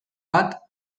bat